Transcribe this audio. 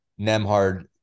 Nemhard